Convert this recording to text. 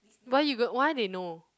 why you why they know